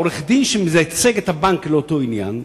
העורך-דין שמייצג את הבנק לאותו עניין,